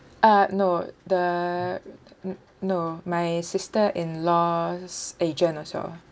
uh no the n~ no my sister-in-law's agent also